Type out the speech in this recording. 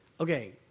Okay